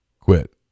Quit